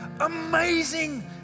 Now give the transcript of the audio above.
amazing